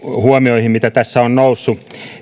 huomioihin mitä tässä on noussut